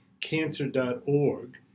cancer.org